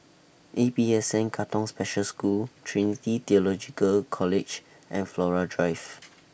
A P S N Katong Special School Trinity Theological College and Flora Drive